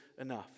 enough